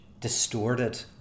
distorted